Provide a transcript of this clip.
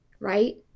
right